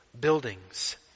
buildings